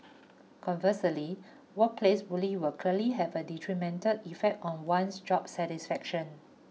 conversely workplace bully will clearly have a detrimental effect on one's job satisfaction